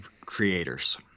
creators